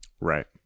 Right